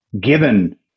given